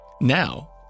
now